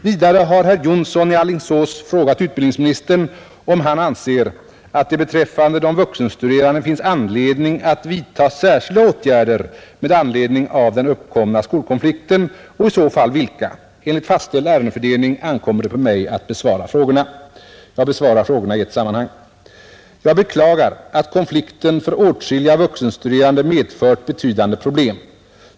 Vidare har herr Jonsson i Alingsås frågat utbildningsministern, om han anser att det beträffande de vuxenstuderande finns anledning att vidta särskilda åtgärder med anledning av den uppkomna skolkonflikten och i så fall vilka. Enligt fastställd ärendefördelning ankommer det på mig att besvara frågorna. Jag besvarar frågorna i ett sammanhang. Jag beklagar att konflikten för åtskilliga vuxenstuderande medför betydande problem.